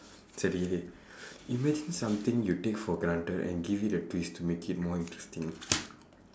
சரி:sari imagine something you take for granted and give it a twist to make it more interesting